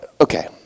Okay